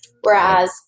whereas